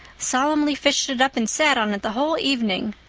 solemnly fished it up, and sat on it the whole evening.